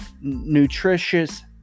nutritious